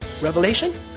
revelation